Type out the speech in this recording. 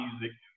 music